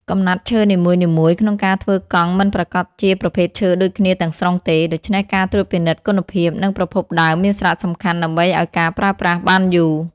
កំណាត់ឈើនីមួយៗក្នុងការធ្វើកង់មិនប្រាកដជាប្រភេទឈើដូចគ្នាទាំងស្រុងទេ ដូច្នេះការត្រួតពិនិត្យគុណភាព និងប្រភពដើមមានសារៈសំខាន់ដើម្បីអោយការប្រើប្រាស់បានយូរ។